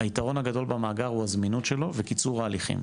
היתרון הגדול במאגר הוא הזמינות שלו וקיצור ההליכים.